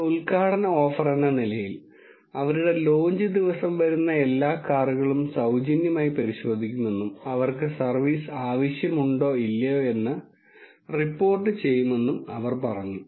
ഒരു ഉദ്ഘാടന ഓഫർ എന്ന നിലയിൽ അവരുടെ ലോഞ്ച് ദിവസം വരുന്ന എല്ലാ കാറുകളും സൌജന്യമായി പരിശോധിക്കുമെന്നും അവർക്ക് സർവീസ് ആവശ്യമുണ്ടോ ഇല്ലയോ എന്ന് റിപ്പോർട്ട് ചെയ്യുമെന്ന് അവർ പറഞ്ഞു